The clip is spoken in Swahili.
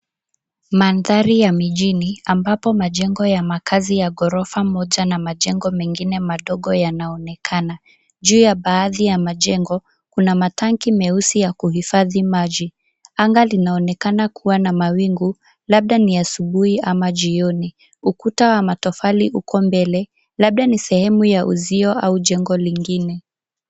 Mandhari ya mijini ambapo majengo ya makazi ya ghorofa moja na majengo mengine madogo yanaonekana. Juu ya baadhi ya majengo, kuna matanki meusi ya kuhifadhi maji. Anga linaonekana kuwa na mawingu, labda ni asubuhi ama jioni, ukuta wa matofali uko mbele, labda ni sehemu ya uzio au jengo lingine.